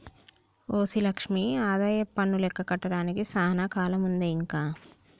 OC Lakshmi ఆదాయపన్ను లెక్క కట్టడానికి సానా కాలముందే ఇంక